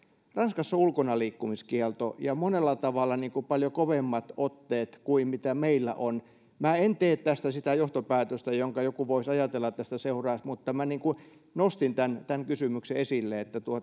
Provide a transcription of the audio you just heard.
ranskassa on ulkonaliikkumiskielto ja monella tavalla paljon kovemmat otteet kuin meillä on minä en tee tästä sitä johtopäätöstä jonka joku voisi ajatella että tästä seuraisi mutta niin kuin nostin tämän tämän kysymyksen esille että